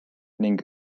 ning